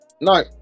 No